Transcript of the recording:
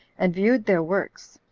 and viewed their works,